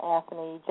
Anthony